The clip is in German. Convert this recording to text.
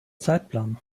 zeitplan